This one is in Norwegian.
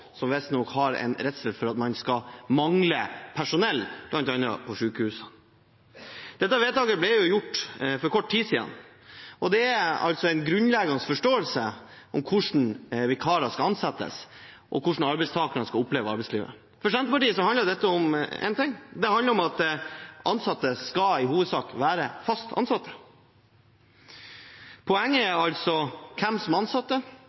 som visstnok har en redsel for at man skal mangle personell, bl.a. på sykehusene. Dette vedtaket ble gjort for kort tid siden, og det er en grunnleggende forståelse for hvordan vikarer skal ansettes, og hvordan arbeidstakerne opplever arbeidslivet. For Senterpartiet handler dette om én ting, det handler om at ansatte i hovedsak skal være fast ansatt. Poenget er altså hvem som